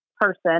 person